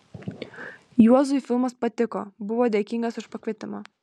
juozui filmas patiko buvo dėkingas už pakvietimą